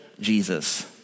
Jesus